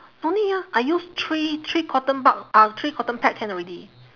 no need ah I use three three cotton bud uh three cotton pad can already